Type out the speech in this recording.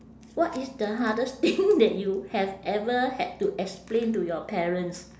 what is the hardest thing that you have ever had to explain to your parents